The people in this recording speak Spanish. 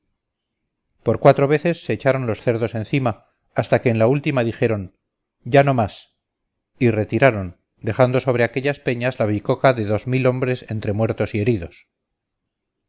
por cuatro veces se echaron los cerdos encima hasta que en la última dijeron ya no más y retiraron dejando sobre aquellas peñas la bicoca de dos mil hombres entre muertos y heridos